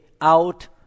out